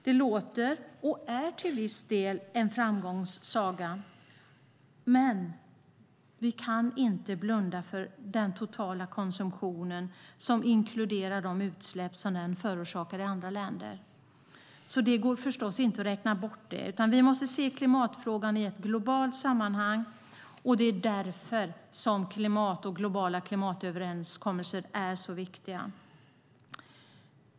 Det låter som, och är till viss del, en framgångssaga, men vi kan inte blunda för den totala konsumtionen, inklusive de utsläpp som den förorsakar i andra länder. Det går förstås inte att räkna bort dem, utan vi måste se klimatfrågan i ett globalt sammanhang. Det är därför som globala klimatöverenskommelser är så viktiga.